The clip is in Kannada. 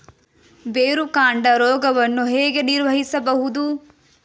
ಬೇರುಕಾಂಡ ರೋಗವನ್ನು ಹೇಗೆ ನಿರ್ವಹಿಸಬಹುದು?